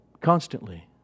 constantly